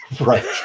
Right